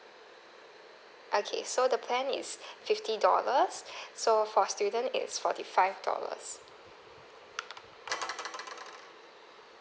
okay so the plan is fifty dollars so for student is forty five dollars